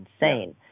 insane